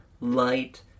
light